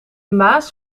maas